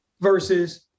versus